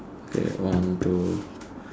okay one two